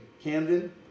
Camden